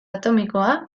atomikoa